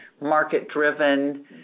market-driven